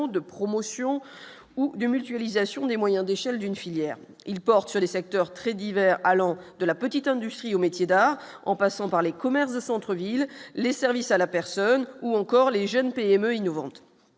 de promotion ou de mutualisation des moyens d'échelle d'une filière, il porte sur les secteurs très divers allant de la petite industrie aux métiers d'art en passant par les commerces de centres-villes, les services à la personne, ou encore les jeunes PME innovantes,